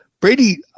Brady